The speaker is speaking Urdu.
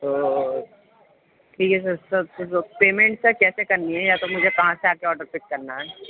تو ٹھیک ہے سر سر پیمنٹ کا کیسے کرنی ہے یا تو مجھے کہاں سے آکر آڈر پک کرنا ہے